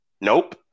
Nope